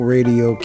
Radio